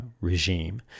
regime